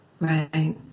Right